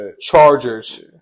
Chargers